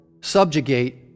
subjugate